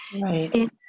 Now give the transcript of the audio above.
right